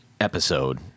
episode